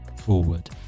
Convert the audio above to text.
forward